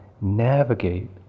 navigate